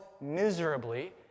miserably